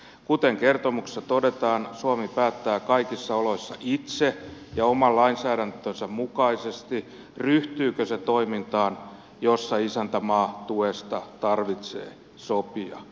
kuten kertomuksessa todetaan suomi päättää kaikissa oloissa itse ja oman lainsäädäntönsä mukaisesti ryhtyykö se toimintaan jossa isäntämaatuesta tarvitsee sopia